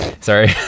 Sorry